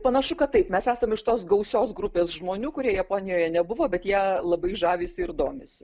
panašu kad taip mes esam iš tos gausios grupės žmonių kurie japonijoje nebuvo bet ja labai žavisi ir domisi